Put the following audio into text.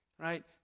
Right